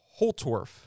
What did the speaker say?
Holtorf